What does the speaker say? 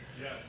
Yes